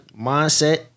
mindset